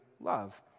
love